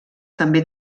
també